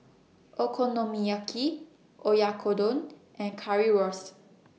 Okonomiyaki Oyakodon and Currywurst